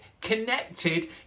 connected